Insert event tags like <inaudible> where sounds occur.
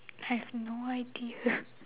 I have no idea <laughs>